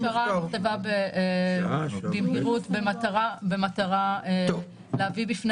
הצעת הפשרה נכתבה במהירות במטרה להביא בפני